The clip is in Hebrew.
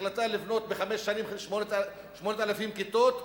החלטה לבנות בחמש שנים 8,000 כיתות,